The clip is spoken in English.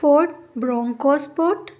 ford bronco port